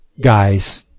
guys